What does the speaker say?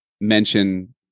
mention